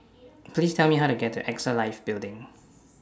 Please Tell Me How to get to AXA Life Building